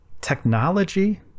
technology